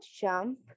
jump